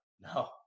No